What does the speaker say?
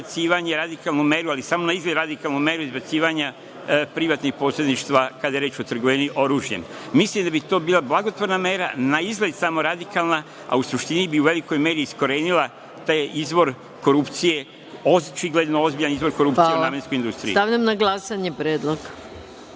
izbacivanje, radikalnu meru, ali samo naizgled radikalnu meru izbacivanja privatnih posredništva kada je reč o trgovini oružjem. Mislim da to bi to bila blagotvorna mera, naizgled samo radikalna, a u suštini bi u velikoj meri iskorenila taj izvor korupcije, očigledno ozbiljan izvor korupcije u namenskoj industriji. **Maja Gojković**